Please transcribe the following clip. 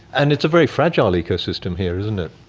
and it's a very fragile ecosystem here, isn't it.